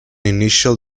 initial